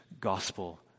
gospel